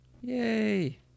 Yay